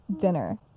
dinner